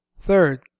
Third